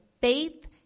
faith